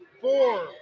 Four